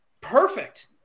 Perfect